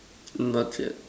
not yet